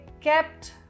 kept